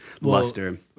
luster